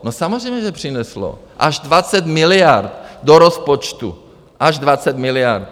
No samozřejmě že přineslo, až 20 miliard do rozpočtu, až 20 miliard.